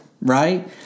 right